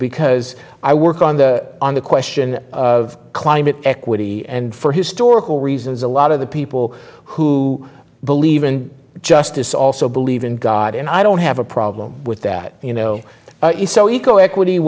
because i work on the on the question of climate equity and for historical reasons a lot of the people who believe in justice also believe in god and i don't have a problem with that you know